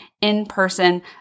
in-person